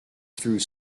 through